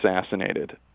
assassinated